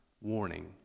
warning